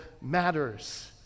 matters